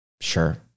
sure